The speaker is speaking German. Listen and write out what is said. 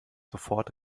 sofort